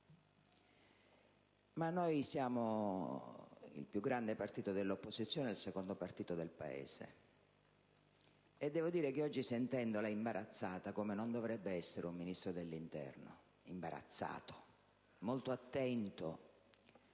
Ma noi siamo il più grande partito dell'opposizione e il secondo partito del Paese, e devo dire che oggi l'ho sentita imbarazzato, come non dovrebbe essere un Ministro dell'interno, molto attento